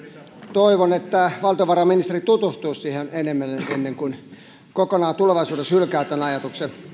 toivon että valtiovarainministeri tutustuisi siihen enemmän ennen kuin kokonaan tulevaisuudessa hylkää tämän ajatuksen